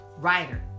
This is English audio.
writer